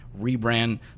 rebrand